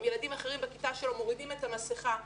אם ילדים אחרים בכיתה שלו מורידים את המסכה,